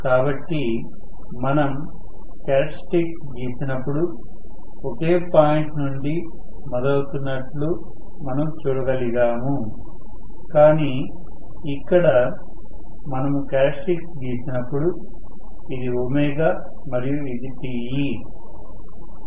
కాబట్టి మనం క్యారెక్టర్స్టిక్స్ గీసినప్పుడు ఒకే పాయింట్ నుండి మొదలవుతున్నట్లు మనం చూడగలిగాము కాని ఇక్కడ మనము క్యారెక్టర్స్టిక్స్ గీసినప్పుడు ఇది ω మరియు ఇది Te